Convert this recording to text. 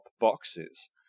boxes